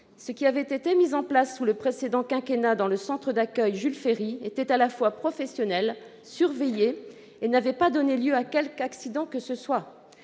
qui avait été mis en place, sous le précédent quinquennat, dans le centre d'accueil Jules-Ferry, était à la fois professionnel et surveillé et n'avait donné lieu à aucun accident.